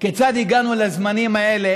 כיצד הגענו לזמנים האלה?